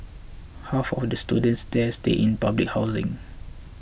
half of the students there stay in public housing